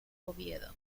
oviedo